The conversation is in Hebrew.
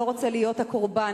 לא רוצה להיות הקורבן,